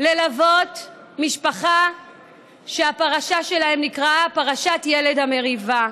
ללוות משפחה שהפרשה שלה נקראה פרשת ילד המריבה.